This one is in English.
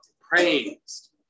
praised